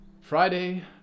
Friday